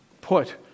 put